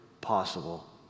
possible